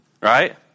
right